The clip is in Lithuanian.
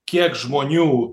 kiek žmonių